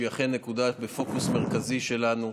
שהיא אכן נקודה בפוקוס מרכזי שלנו.